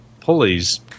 pulleys